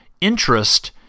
interest